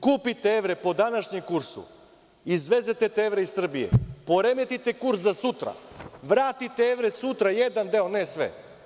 Kupite evre po današnjem kursu, izvezete te evre iz Srbije, poremetite kurs za sutra, vratite evre sutra, jedan deo ne sve.